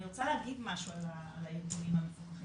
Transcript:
רוצה להגיד משהו על הארגונים המפוקחים.